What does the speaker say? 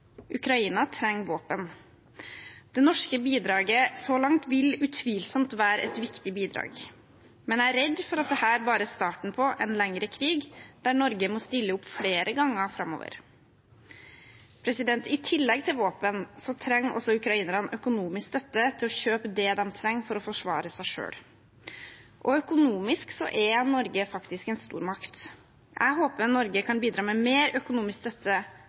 Ukraina trenger våpen. Det norske bidraget så langt vil utvilsomt være et viktig bidrag, men jeg er redd for at dette bare er starten på en lengre krig der Norge må stille opp flere ganger framover. I tillegg til våpen trenger ukrainerne også økonomisk støtte til å kjøpe det de trenger for å forsvare seg selv, og økonomisk er Norge faktisk en stormakt. Jeg håper Norge kan bidra med mer økonomisk støtte,